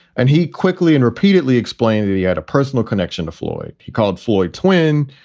and he quickly and repeatedly explained that he had a personal connection to floyd. he called floyd twin.